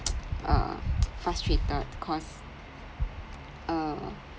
uh frustrated cause err